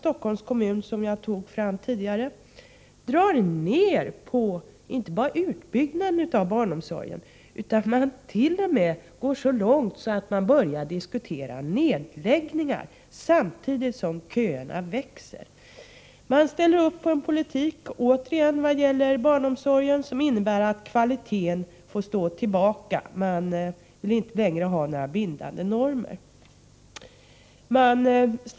Stockholms kommun, som jag pekade på tidigare — inte bara drar ned på utbyggnaden av barnomsorgen utan t.o.m. går så långt att de börjar diskutera nedläggningar, samtidigt som köerna växer. Man ställer sig i vad gäller barnomsorgen återigen bakom en politik som innebär att kvaliteten får stå tillbaka. Man vill inte längre ha några bindande normer på det området.